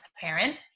parent